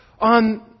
on